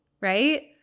right